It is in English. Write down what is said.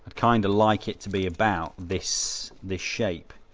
kind of like it to be about this the shape,